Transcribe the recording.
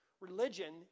Religion